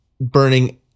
burning